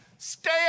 Stay